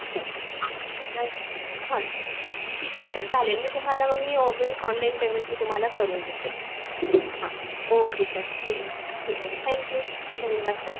ठीक आहे हा तर हं ठीक आहे सर चालेल मी तुम्हाला मग मी ओमे ऑनलाईन पेमेंट मी तुम्हाला करून देते हा ओके सर ठीक आहे थँक यू धन्यवाद सर